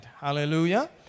Hallelujah